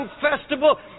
festival